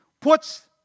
puts